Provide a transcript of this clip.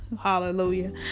hallelujah